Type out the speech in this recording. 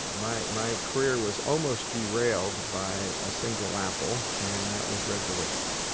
ah my my career was almost derailed by a single apple, and that was red delicious.